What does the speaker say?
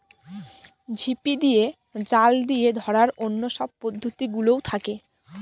ঝিপি দিয়ে, জাল দিয়ে ধরার অন্য সব পদ্ধতি গুলোও থাকে